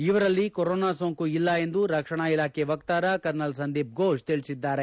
ಇವರಲ್ಲಿ ಕೊರೊನಾ ಸೋಂಕು ಇಲ್ಲ ಎಂದು ರಕ್ಷಣಾ ಇಲಾಖೆ ವಕ್ತಾರ ಕರ್ನಲ್ ಸಂಬಿತ್ ಘೋಷ್ ತಿಳಿಸಿದ್ದಾರೆ